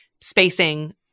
spacing